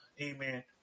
amen